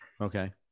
Okay